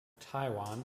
taiwan